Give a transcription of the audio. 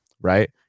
right